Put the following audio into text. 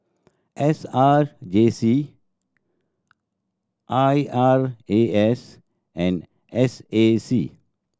S R J C I R A S and S A C